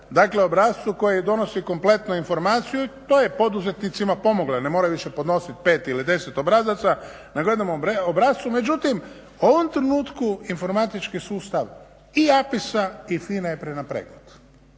dakle obrascu koji donosi kompletne informaciju i to je poduzetnicima pomoglo jer ne moraju više podnositi 5 ili 10 obrazaca nego u jednom obrascu, međutim u ovom trenutku informatički sustav i APIS-a i FINA-e je prenapregnut,